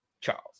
Charles